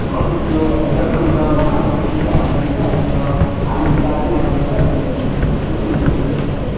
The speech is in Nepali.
हजुर त्यो हाल्दा पनि हुन्छ अब होइन कसैले चाहिँ हाल्दैन के हो तर हाल्यो भने चाहिँ अझै राम्रो क्या तिमीलाई मिठो पनि हुन्छ